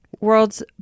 World's